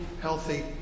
healthy